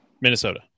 Minnesota